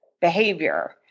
behavior